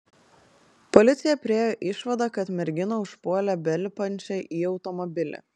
policija priėjo išvadą kad merginą užpuolė belipančią į automobilį